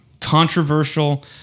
Controversial